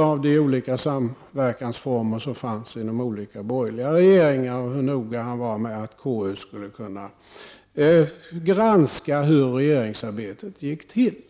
av de olika samverkansformer som fanns inom olika borgerliga regeringar och hur noga han var med att KU skulle kunna granska hur regeringsarbetet gick till.